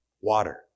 Water